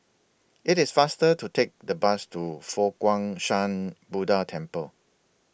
IT IS faster to Take The Bus to Fo Guang Shan Buddha Temple